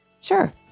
Sure